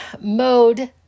mode